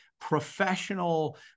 professional